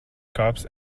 cups